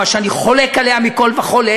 מה שאני חולק עליה מכול וכול,